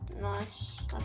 Nice